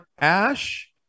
ash